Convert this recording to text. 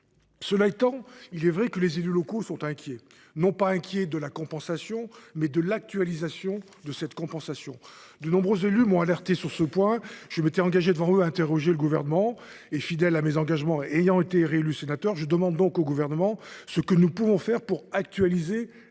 Cela étant, il est vrai que les élus locaux sont inquiets : non pour la compensation, mais pour l’actualisation de cette compensation. De nombreux élus m’ont alerté sur ce point ; je m’étais engagé devant eux à interroger le Gouvernement. Fidèle à mes engagements et ayant été réélu sénateur, je demande donc au Gouvernement ce que nous pouvons faire pour actualiser